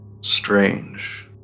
Strange